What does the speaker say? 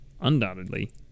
Undoubtedly